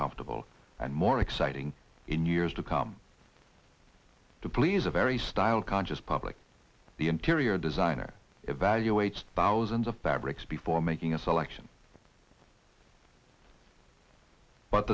comfortable and more exciting in years to come to please a very style conscious public the interior designer evaluates thousands of bags before making a selection but